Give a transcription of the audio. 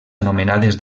anomenades